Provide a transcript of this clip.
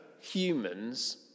humans